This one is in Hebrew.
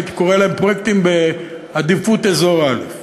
הייתי קורא להם פרויקטים בעדיפות אזור א'.